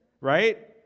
right